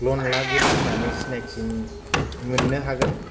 लन लागिरि होननानै सिनायथि मोननो हागोन